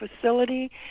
facility